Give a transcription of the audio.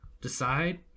decide